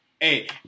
hey